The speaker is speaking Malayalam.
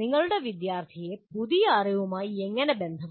നിങ്ങളുടെ വിദ്യാർത്ഥിയെ പുതിയ അറിവുമായി എങ്ങനെ ബന്ധപ്പെടുത്താം